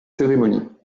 cérémonies